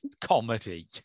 comedy